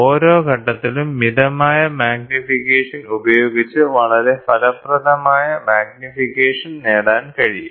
ഓരോ ഘട്ടത്തിലും മിതമായ മാഗ്നിഫിക്കേഷൻ ഉപയോഗിച്ച് വളരെ ഫലപ്രദമായ മാഗ്നിഫിക്കേഷൻ നേടാൻ കഴിയും